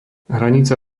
hranica